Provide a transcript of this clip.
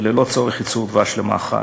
ולא לצורך ייצור דבש למאכל.